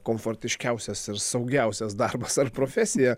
komfortiškiausias ir saugiausias darbas ar profesija